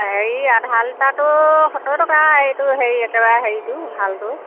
হেৰি আধা লিটাৰটো সত্তৰ টকা আৰু এইটো হেৰি একেবাৰে হেৰিটো ভালটো